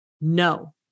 no